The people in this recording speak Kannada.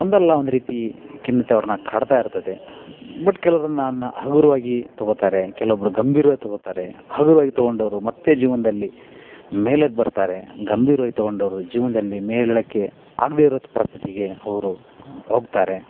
ಒಂದಲ್ಲ ಒಂದು ರೀತಿ ಖಿನ್ನತೆ ಅವ್ರನ್ನ ಕಾಡ್ತಾಯಿರ್ತದೆ ಬಟ್ ಕೆಲವ್ರದನ್ನ ಹಗುರವಾಗಿ ತಗೋತಾರೆ ಕೆಲವೊಬ್ರು ಗಂಭೀರ್ವಾಗಿ ತಗೋತಾರೆ ಹಗುರವಾಗಿ ತಗೊಂಡವರು ಮತ್ತೆ ಜೀವನದಲ್ಲಿ ಮೇಲೆದ್ದು ಬರ್ತಾರೆ ಗಂಭೀರ್ವಾಗಿ ತಗೊಂಡವರು ಜೀವನದಲ್ಲಿ ಮೇಲೇಳೋಕೆ ಆಗದೆ ಇರೋ ಪರಿಸ್ಥಿತಿಗೆ ಅವರು ಹೋಗ್ತಾರೆ